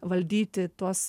valdyti tuos